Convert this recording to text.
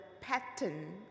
pattern